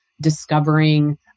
discovering